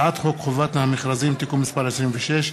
הצעת חוק חובת המכרזים (תיקון מס' 26)